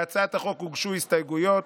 להצעת החוק הוגשו הסתייגויות.